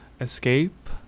escape